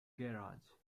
garage